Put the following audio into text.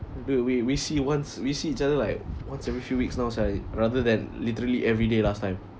we we we see once we see each other like once every few weeks now sia rather than literally everyday last time